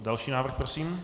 Další návrh prosím.